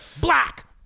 Black